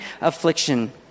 affliction